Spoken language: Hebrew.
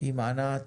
עם ענת